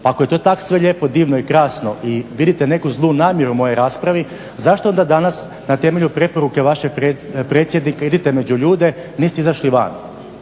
Pa ako je to tako sve lijepo, divno i krasno i vidite neku zlu namjeru u mojoj raspravi zašto onda danas na temelju preporuke vašeg predsjednika, idite među ljude niste izašli van